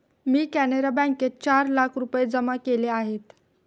मी कॅनरा बँकेत चार लाख रुपये जमा केले आहेत